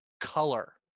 color